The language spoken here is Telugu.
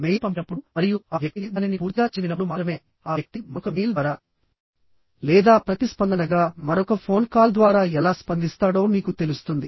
మెయిల్ పంపినప్పుడు మరియు ఆ వ్యక్తి దానిని పూర్తిగా చదివినప్పుడు మాత్రమే ఆ వ్యక్తి మరొక మెయిల్ ద్వారా లేదా ప్రతిస్పందనగా మరొక ఫోన్ కాల్ ద్వారా ఎలా స్పందిస్తాడో మీకు తెలుస్తుంది